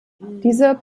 diese